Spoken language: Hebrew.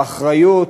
האחריות